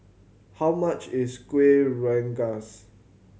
how much is Kueh Rengas